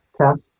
Test